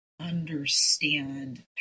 understand